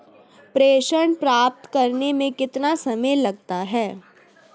प्रेषण प्राप्त करने में कितना समय लगता है?